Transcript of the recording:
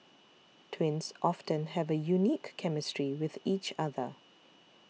twins often have a unique chemistry with each other